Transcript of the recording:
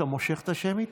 אתה מושך את השמית?